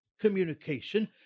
communication